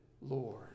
Lord